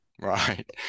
Right